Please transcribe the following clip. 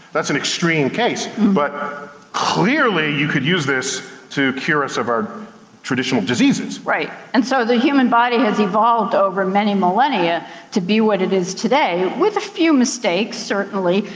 that's an extreme case, but clearly you could use this to cure us of our traditional diseases. right. and so the human body has evolved over many millennia to be what it is today, with a few mistakes, certainly.